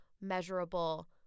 measurable